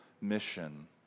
mission